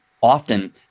often